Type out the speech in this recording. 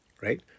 right